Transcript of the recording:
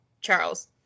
Charles